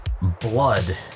blood